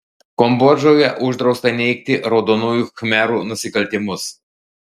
kambodžoje uždrausta neigti raudonųjų khmerų nusikaltimus